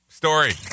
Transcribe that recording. story